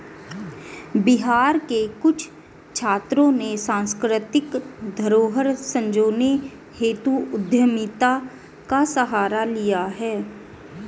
बिहार के कुछ छात्रों ने सांस्कृतिक धरोहर संजोने हेतु उद्यमिता का सहारा लिया है